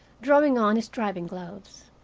drawing on his driving gloves.